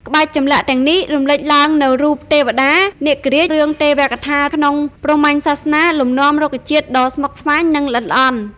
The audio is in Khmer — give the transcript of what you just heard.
ក្បាច់ចម្លាក់ទាំងនេះរំលេចឡើងនូវរូប ទេវតា នាគរាជ រឿងទេវកថាក្នុងព្រហ្មញ្ញសាសនា លំនាំរុក្ខជាតិដ៏ស្មុគស្មាញ និងល្អិតល្អន់។